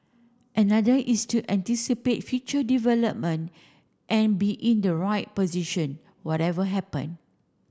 another is to anticipate future development and be in the right position whatever happen